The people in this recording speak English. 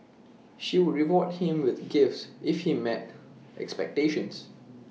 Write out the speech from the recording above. she would reward him with gifts if he met expectations